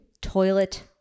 toilet